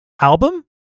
album